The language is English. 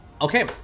Okay